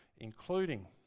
including